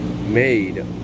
made